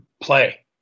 play